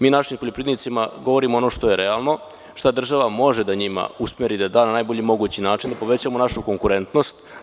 Mi našim poljoprivrednicima govorimo ono što je realno, šta država može da njima usmeri, da da na najbolji mogući način i povećamo našu konkurentnost.